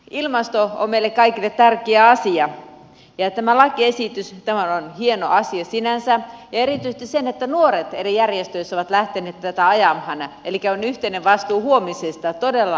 ilmasto on meille kaikille tärkeä asia ja tämä lakiesitys on hieno asia sinänsä ja erityisesti se että nuoret eri järjestöissä ovat lähteneet tätä ajamaan elikkä on yhteinen vastuu huomisesta todella laajasti